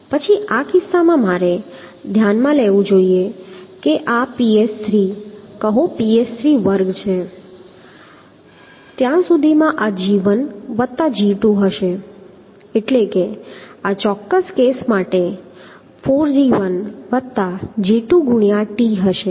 પછી આ કિસ્સામાં મારે ધ્યાનમાં લેવું જોઈએ કે આ ps3 કહો ps3 વર્ગ છે ત્યાં સુધીમાં આ g1 વત્તા g2 હશે એટલે કે આ ચોક્કસ કેસ માટે 4g1 વત્તા g2 ગુણ્યાં t હશે